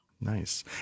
Nice